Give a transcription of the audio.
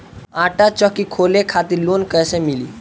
आटा चक्की खोले खातिर लोन कैसे मिली?